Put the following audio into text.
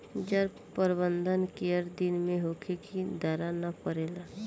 जल प्रबंधन केय दिन में होखे कि दरार न परेला?